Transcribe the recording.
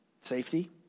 Safety